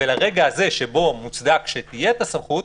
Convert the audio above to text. ולרגע הזה שבו מוצדק שתהיה את הסמכות,